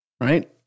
right